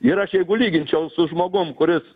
ir aš jeigu lyginčiau su žmogum kuris